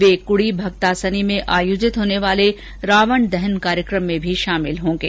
वे कुड़ी भगतासनी में आयोजित होने वाले रावण दहन कार्यक्रम में शामिल होंगे